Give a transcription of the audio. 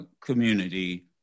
community